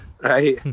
Right